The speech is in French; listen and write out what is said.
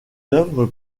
œuvres